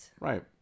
Right